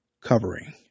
covering